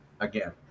again